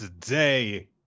today